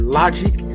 logic